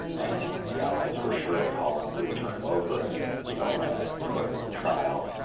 and the allies were sure that holland would turn him over and you know allow them to put him on trial.